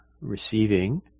Receiving